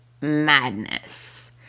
madness